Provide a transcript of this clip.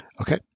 Okay